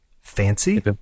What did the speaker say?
Fancy